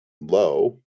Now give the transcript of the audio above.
low